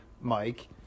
Mike